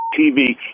TV